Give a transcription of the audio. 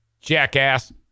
jackass